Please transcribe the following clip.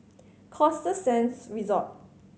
Costa Sands Resort